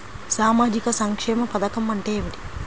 సామాజిక సంక్షేమ పథకం అంటే ఏమిటి?